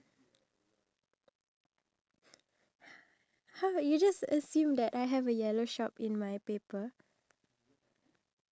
our dads to actually find out what they really like because majority of them they're the breadwinner for the house